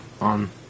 on